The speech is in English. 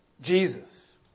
Jesus